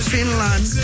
Finland